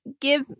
give